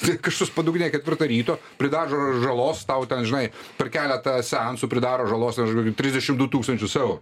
tai kažkoks padugnė ketvirtą ryto pridažo žalos tau ten žinai per keletą seansų pridaro žalos už kokį trisdešim du tūkstančius eurų